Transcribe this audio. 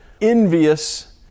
envious